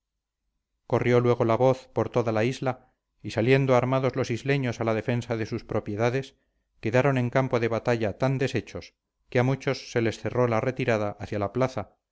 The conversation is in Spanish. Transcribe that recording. corrió luego la voz por toda la isla y saliendo armados los isleños a la defensa de sus propiedades quedaron en campo de batalla tan deshechos que a muchos se les cerró la retirada hacia la plaza